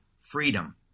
freedom